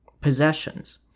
possessions